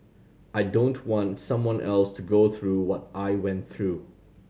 I don't want someone else to go through what I went through